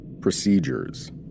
Procedures